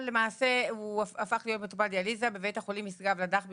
אבל למעשה הוא הפך להיות מטופל דיאליזה בבית החולים משגב לדך בירושלים.